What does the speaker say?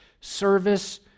service